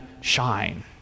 shine